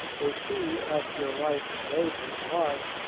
where she, after a life of labor and love,